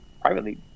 privately